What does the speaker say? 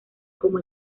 como